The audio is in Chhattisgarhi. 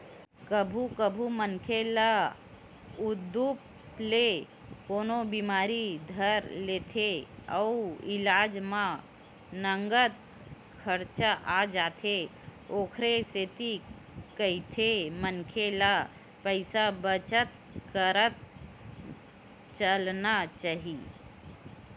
कभू कभू मनखे ल उदुप ले कोनो बिमारी धर लेथे अउ इलाज म नँगत खरचा आ जाथे ओखरे सेती कहिथे मनखे ल पइसा बचत करत चलना चाही